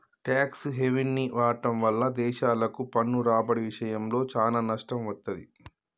tax హెవెన్ని వాడటం వల్ల దేశాలకు పన్ను రాబడి ఇషయంలో చానా నష్టం వత్తది